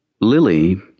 Lily